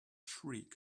shriek